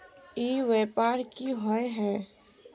ई व्यापार की होय है?